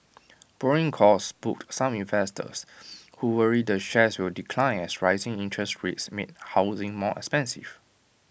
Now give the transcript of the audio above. borrowing costs spooked some investors who worry the shares will decline as rising interest rates make housing more expensive